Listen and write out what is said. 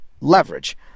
leverage